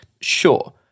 Sure